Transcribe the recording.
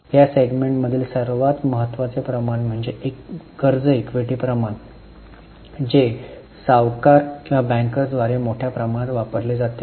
या सेगमेंटमधील सर्वात महत्त्वाचे प्रमाण म्हणजे कर्ज इक्विटी प्रमाण जो सावकार किंवा बँकर्सद्वारे मोठ्या प्रमाणात वापरला जातो